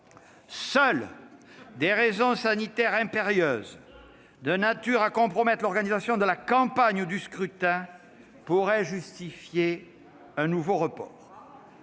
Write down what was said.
seules des raisons sanitaires impérieuses, de nature à compromettre l'organisation de la campagne ou du scrutin, pourraient justifier un nouveau report.